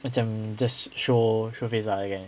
macam just show show face ah okay